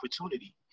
opportunity